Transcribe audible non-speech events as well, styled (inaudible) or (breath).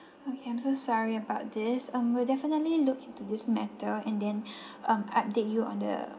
okay I'm so sorry about this um we'll definitely look into this matter and then (breath) um update you on the